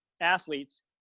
athletes